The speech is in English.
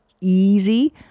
easy